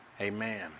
amen